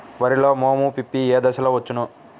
వరిలో మోము పిప్పి ఏ దశలో వచ్చును?